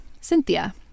Cynthia